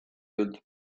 dut